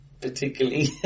particularly